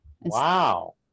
wow